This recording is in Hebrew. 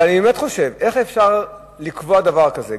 אבל אני באמת חושב, איך אפשר לקבוע דבר כזה?